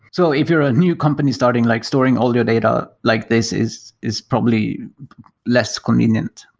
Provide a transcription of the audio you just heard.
so if you're a new company starting, like storing all your data, like this is is probably less convenient.